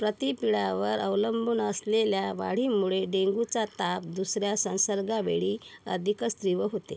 प्रतिपिडावर अवलंबून असलेल्या वाढीमुळे डेंग्यूचा ताप दुसऱ्या संसर्गावेळी अधिकच तीव्र होते